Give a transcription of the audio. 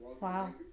Wow